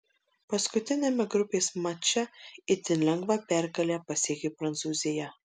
paskutiniame grupės mače itin lengvą pergalę pasiekė prancūzija